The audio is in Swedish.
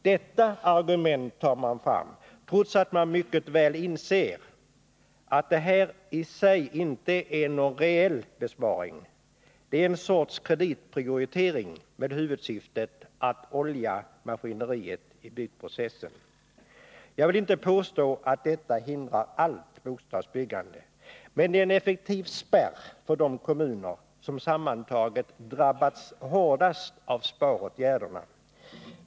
Detta argument tar man fram, trots att man mycket väl inser att det här i sig inte är någon reell besparing — det är en sorts kreditprioritering med huvudsyftet att olja maskineriet i byggprocessen. Jag vill inte påstå att detta hindrar allt bostadsbyggande, men det är en effektiv spärr för de kommuner som sammantaget drabbas hårdast av sparåtgärderna.